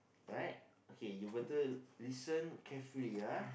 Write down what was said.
right okay you better listen carefully ah